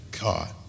God